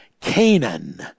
Canaan